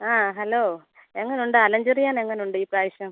ആ ഹലോ എങ്ങനെയുണ്ട് അലൻ ചെറിയാൻ എങ്ങനെയുണ്ട് ഈ പ്രാവശ്യം